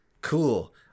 Cool